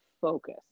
focus